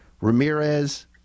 Ramirez